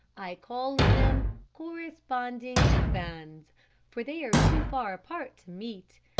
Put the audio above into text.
i call them corresponding bands for they are too far apart to meet.